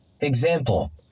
Example